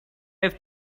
have